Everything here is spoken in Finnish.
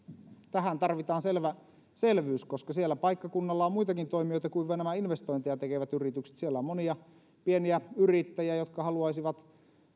tähän tarvitaan selvä selvyys koska siellä paikkakunnalla on muitakin toimijoita kuin vain nämä investointeja tekevät yritykset siellä on monia pieniä yrittäjiä jotka haluaisivat